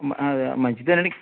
మంచిదేను అండి